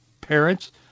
parents